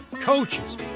coaches